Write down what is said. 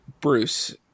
bruce